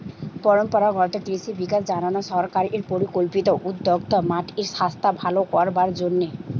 পরম্পরাগত কৃষি বিকাশ যজনা সরকারের পরিকল্পিত উদ্যোগ মাটির সাস্থ ভালো করবার জন্যে